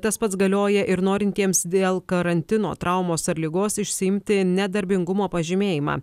tas pats galioja ir norintiems dėl karantino traumos ar ligos išsiimti nedarbingumo pažymėjimą